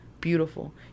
Beautiful